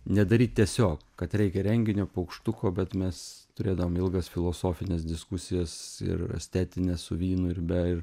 nedaryt tiesiog kad reikia renginio paukštuko bet mes turėdavom ilgas filosofines diskusijas ir estetines su vynu ir be ir